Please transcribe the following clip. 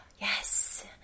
yes